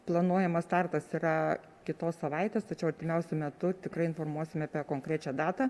planuojamas startas yra kitos savaitės tačiau artimiausiu metu tikrai informuosime apie konkrečią datą